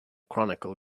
chronicle